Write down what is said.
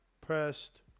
pressed